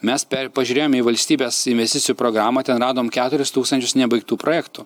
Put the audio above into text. mes pažiūrėjome į valstybės investicijų programą ten radom keturis tūkstančius nebaigtų projektų